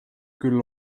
küll